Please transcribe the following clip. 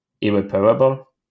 irreparable